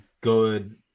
good